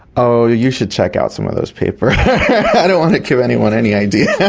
ah you should check out some of those papers, i don't want to give anyone any ideas! yeah